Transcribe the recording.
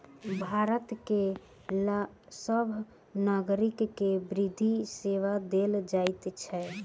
भारत के सभ नागरिक के वित्तीय सेवा देल जाइत अछि